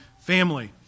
family